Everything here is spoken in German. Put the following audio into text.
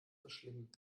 verschlingen